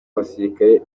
abasirikare